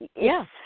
Yes